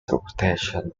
reputation